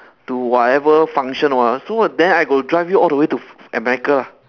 to whatever function or what so then I got to drive you all the way to america ah